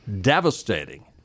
devastating